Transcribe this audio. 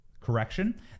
correction